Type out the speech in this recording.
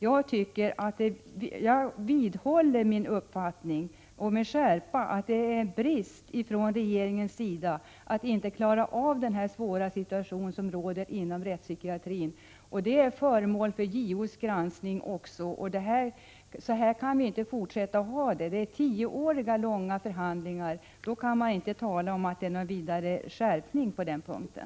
Jag vidhåller med skärpa min uppfattning, att det är en brist att regeringen inte klarar av den svåra situationen inom rättspsykiatrin. Detta är föremål för JO:s granskning. Så här kan det inte få fortsätta. Om förhandlingarna har pågått i tio år kan man inte tala om någon vidare skärpning på den punkten.